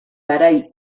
garai